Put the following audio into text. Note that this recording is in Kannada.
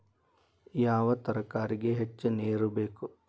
ಯಾವ ತರಕಾರಿಗೆ ಹೆಚ್ಚು ನೇರು ಬೇಕು?